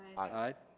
aye!